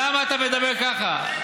למה אתה מדבר ככה?